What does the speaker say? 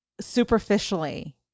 superficially